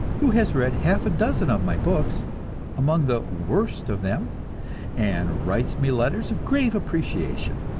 who has read half a dozen of my books among the worst of them and writes me letters of grave appreciation.